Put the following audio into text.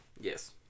Yes